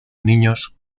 niños